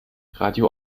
radio